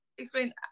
explain